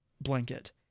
blanket